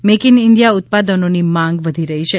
make in India ઉત્પાદનોની માંગ વધી રહી છે